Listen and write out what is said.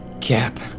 Cap